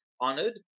honored